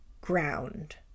ground